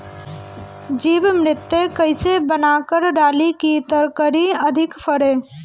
जीवमृत कईसे बनाकर डाली की तरकरी अधिक फरे?